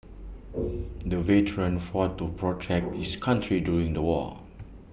the veteran fought to protect his country during the war